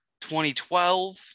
2012